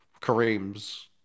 Kareem's